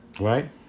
Right